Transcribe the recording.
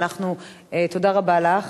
תודה רבה לך.